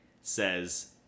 says